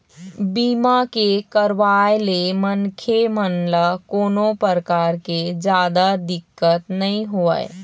बीमा के करवाय ले मनखे मन ल कोनो परकार के जादा दिक्कत नइ होवय